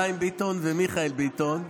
חיים ביטון ומיכאל ביטון,